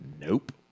Nope